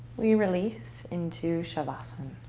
we release into savasana.